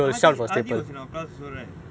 ardy ardy was in our class also right